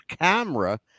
camera